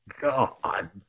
God